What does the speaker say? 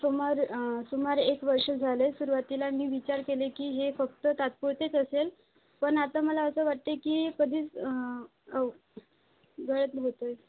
सुमार सुमार एक वर्ष झाले सुरुवातीला मी विचार केले की हे फक्त तात्पुरतेच असेल पण आता मला असं वाटते की कधीच बंद होत आहे